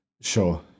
Sure